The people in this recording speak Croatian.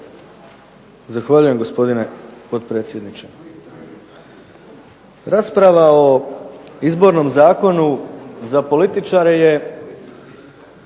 Zahvaljujem gospodine potpredsjedniče.